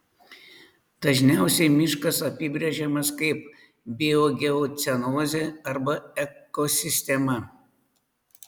dažniausiai miškas apibrėžimas kaip biogeocenozė arba ekosistema